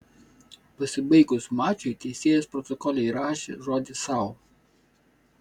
pasibaigus mačui teisėjas protokole įrašė žodį sau